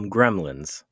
Gremlins